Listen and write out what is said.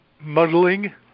muddling